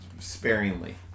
sparingly